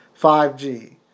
5G